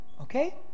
Okay